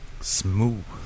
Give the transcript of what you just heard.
smooth